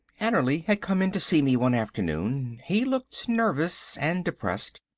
annerly had come in to see me one afternoon. he looked nervous and depressed.